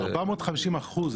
450 אחוזים.